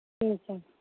ਠੀਕ ਹੈ